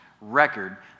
record